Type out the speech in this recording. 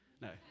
no